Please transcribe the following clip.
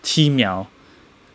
七秒